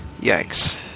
Yikes